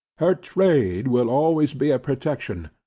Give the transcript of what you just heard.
her trade will always be a protection,